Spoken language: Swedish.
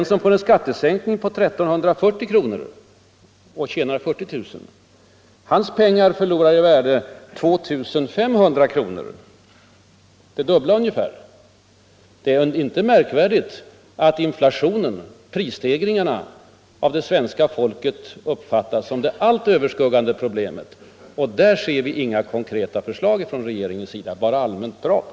om året får en skattesänkning på I 340 kr. Hans pengar förlorar i värde med 2 500 kr., dvs. ungefär det dubbla. Det är inte märkvärdigt att inflationen, prisstegringarna, av det svenska folket uppfattas som det allt överskuggande problemet. Men för att komma till rätta med det finns det inga konkreta förslag från regeringen, bara allmänt prat.